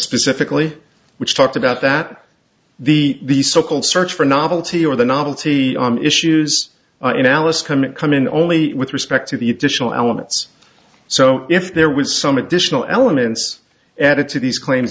specifically which talked about that the the so called search for novelty or the novelty issues in alice come in come in only with respect to the additional elements so if there was some additional elements added to these claims